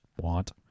want